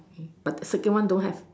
but second one don't have